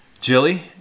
Jilly